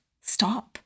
stop